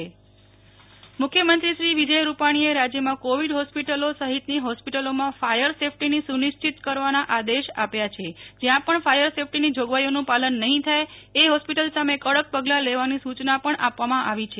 નેહ્લ ઠક્કર મુ ખ્યમં ત્રી ફા યર સેફ્ટી મુખ્યમંત્રી વિજયે રૂપાણીએ રાજ્યમાં કોવિડ હોસ્પિટલો સહિતની હોસ્પિટલોમાં ફાયર સેફ્ટી સુનિશ્ચિત કરવાના આદેશ આપ્યા છે જ્યાં પણ ફાયર સેફ્ટીની જોગવાઈઓનું પાલન નહી થાય એ હોસ્પિટલ સામે કડક પગલા લેવાની સુ યના આપવામાં આવી છે